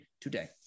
today